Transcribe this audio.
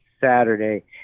Saturday